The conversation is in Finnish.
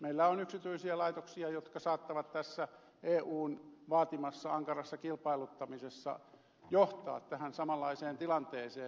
meillä on yksityisiä laitoksia jotka saattavat tässä eun vaatimassa ankarassa kilpailuttamisessa johtaa tähän samanlaiseen tilanteeseen